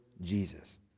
Jesus